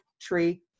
Tree